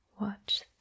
watch